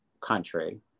country